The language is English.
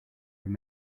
have